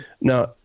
Now